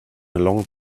long